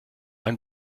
ein